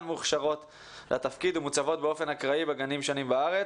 מוכשרות לתפקיד ומוצבות באופן אקראי בגנים שונים בארץ.